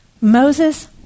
Moses